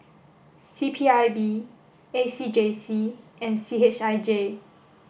C P I B A C J C and C H I J